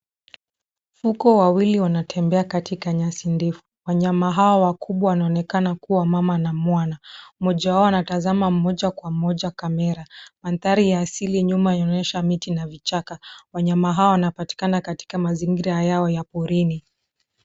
Fuko wawili wanatembea katika nyasi ndefu. Wanyama hawa wakubwa wanaonekana kuwa mama na mwana. Moja wao anatazama moja kwa moja kamera. Mandhari ya asili nyuma inaonyesha miti na vichaka. Wanyama hawa wanapatikana katika mazingira yao ya porini.